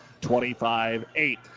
25-8